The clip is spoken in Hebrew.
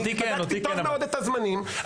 אני בדקתי טוב מאוד את הזמנים.